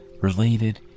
related